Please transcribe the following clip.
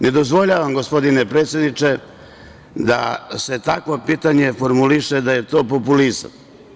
Ne dozvoljavam, gospodine predsedniče, da se takvo pitanje formuliše da je to populizam.